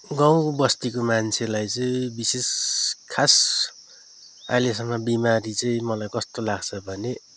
गाउँ बस्तीको मान्छेलाई चाहिँ विशेष खास अहिलेसम्म बिमारी चाहिँ मलाई कस्तो लाग्छ भने